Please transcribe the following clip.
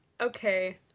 okay